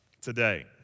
today